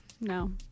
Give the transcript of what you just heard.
No